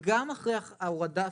גם אחרי ההורדה הזאת,